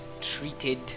treated